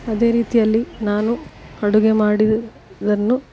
ಅದೇ ರೀತಿಯಲ್ಲಿ ನಾನು ಅಡುಗೆ ಮಾಡಿದ್ದನ್ನು